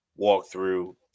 walkthrough